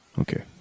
Okay